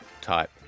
type